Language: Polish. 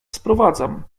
sprowadzam